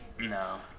No